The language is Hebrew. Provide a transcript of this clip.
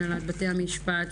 הנהלת בתי המשפט,